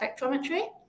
spectrometry